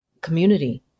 community